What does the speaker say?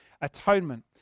atonement